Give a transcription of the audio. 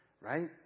Right